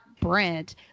brent